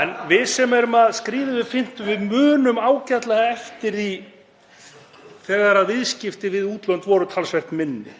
En við sem erum að skríða yfir fimmtugt munum ágætlega eftir því þegar viðskipti við útlönd voru talsvert minni,